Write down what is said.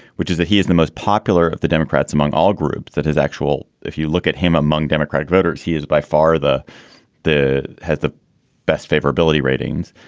which is that he is the most popular of the democrats among all groups that has actual. if you look at him among democratic voters, he is by far the the has the best favorability ratings.